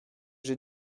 j’ai